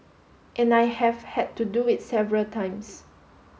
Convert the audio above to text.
and I have had to do it several times